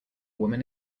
woman